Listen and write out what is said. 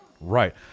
right